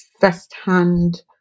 firsthand